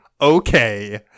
okay